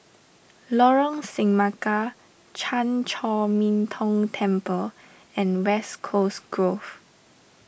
Lorong Semangka Chan Chor Min Tong Temple and West Coast Grove